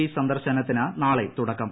E സന്ദർശനത്തിന് നാളെ തുടക്കം